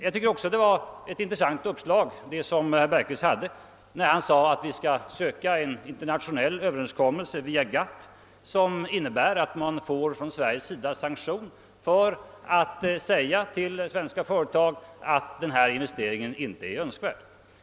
Jag tycker också att det var ett intressant uppslag av herr Bergqvist, när han sade, att vi skall söka få till stånd en internationell överenskommelse via GATT, som innebär att man från Sveriges sida får sanktion för att säga till svenska företag att denna investering inte är önskvärd.